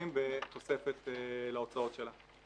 שכרוכים בתוספת להוצאות שלה.